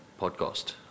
podcast